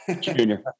Junior